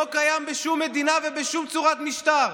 שלא קיים בשום מדינה ובשום צורת משטר,